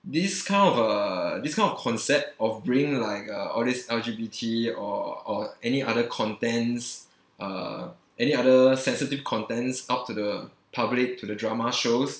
this kind of err this kind of concept of bringing like uh all these L_G_B_T or or any other contents uh any other sensitive contents out to the public to the drama shows